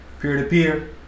Peer-to-peer